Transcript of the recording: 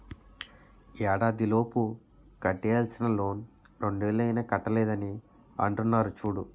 ఏడాదిలోపు కట్టేయాల్సిన లోన్ రెండేళ్ళు అయినా కట్టలేదని అంటున్నారు చూడు